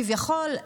כביכול,